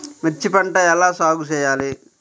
మిర్చి పంట ఎలా సాగు చేయాలి?